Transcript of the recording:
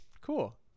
cool